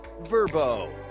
Verbo